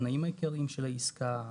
התנאים העיקריים של העסקה.